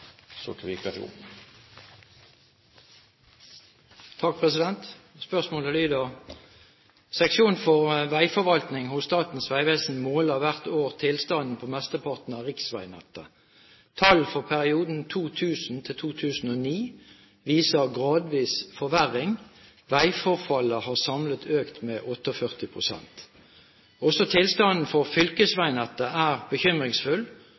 Spørsmålet lyder: «Seksjon for vegforvaltning hos Statens vegvesen måler hvert år tilstanden på mesteparten av riksveinettet. Tall for perioden 2000–2009 viser gradvis forverring; veiforfallet har samlet økt med 48 pst. Også tilstanden for fylkesveinettet er bekymringsfull,